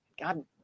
God